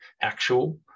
actual